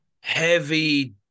heavy